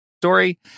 story